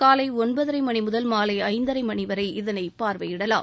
காலை ஒன்பதரை மணி முதல் மாலை ஐந்தரை மணி வரை இதனை பார்வையிடலாம்